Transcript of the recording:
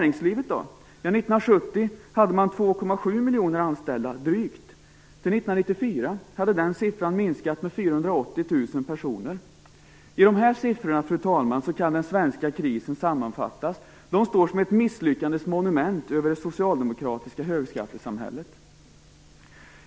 I dessa siffror, fru talman, kan den svenska krisen sammanfattas. De står som ett misslyckandets monument över det socialdemokratiska högskattesamhället.